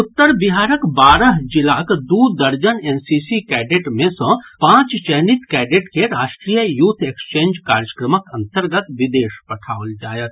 उत्तर बिहारक बारह जिलाक दू दर्जन एनसीसी कैंडेट मे सँ पांच चयनित कैंडेट के राष्ट्रीय यूथ एक्सचेंज कार्यक्रमक अन्तर्गत विदेश पठाओल जायत